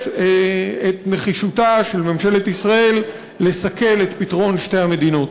את נחישותה של ממשלת ישראל לסכל את פתרון שתי המדינות.